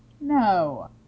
No